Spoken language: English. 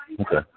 Okay